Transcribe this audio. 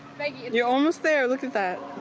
you're almost there, look at that.